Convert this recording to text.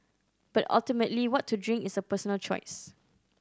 but ultimately what to drink is a personal choice